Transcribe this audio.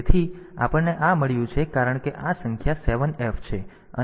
તેથી આપણને આ મળ્યું છે કારણ કે આ સંખ્યા 7 F છે અને આ 8 0 છે